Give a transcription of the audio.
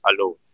alone